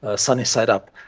ah sunny-side up.